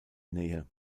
nähe